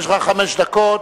יש לך חמש דקות.